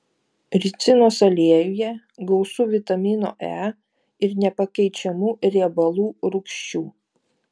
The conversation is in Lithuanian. ricinos aliejuje gausu vitamino e ir nepakeičiamų riebalų rūgščių